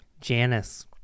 Janice